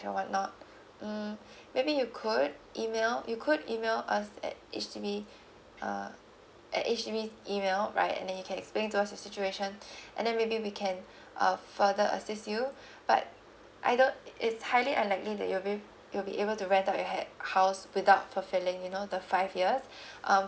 and what not mm maybe you could email you could email us at uh at H_D_B uh actually email right then you can expect your situation and then maybe we can uh further assist you but I don't it's highly unlikely that you'll be you'll be able to rent out your ha~ house without fulfilling you know the five years um